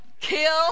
kill